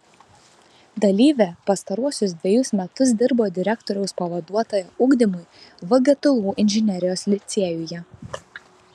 dalyvė pastaruosius dvejus metus dirbo direktoriaus pavaduotoja ugdymui vgtu inžinerijos licėjuje